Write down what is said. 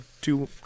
two